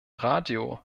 radio